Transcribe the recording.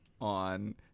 on